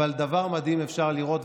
אבל דבר מדהים אפשר לראות,